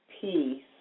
peace